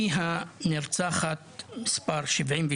היא הנרצחת מספר 72,